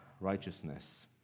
righteousness